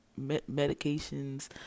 medications